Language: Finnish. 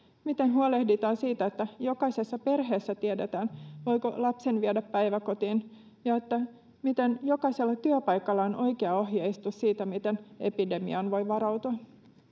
miten huolehditaan siitä että jokaisessa perheessä tiedetään voiko lapsen viedä päiväkotiin ja siitä että jokaisella työpaikalla on oikea ohjeistus siitä miten epidemiaan voi varautua